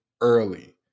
early